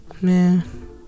Man